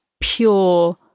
pure